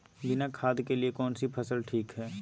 बिना खाद के लिए कौन सी फसल ठीक है?